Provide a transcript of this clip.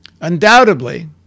undoubtedly